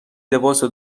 لباسو